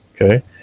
Okay